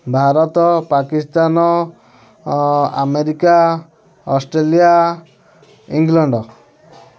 Bharat Pakistan America Australia England